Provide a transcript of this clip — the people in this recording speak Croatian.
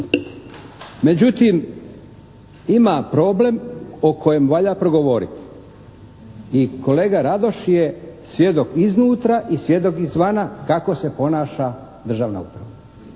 Međutim, ima problem o kojem valja progovorit i kolega Radoš je svjedok iznutra i svjedok izvana kako se ponaša državna uprava.